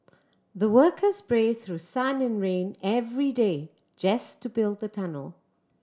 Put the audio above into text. the workers braved through sun and rain every day just to build the tunnel